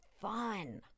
fun